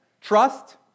Trust